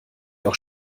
auch